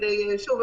שוב,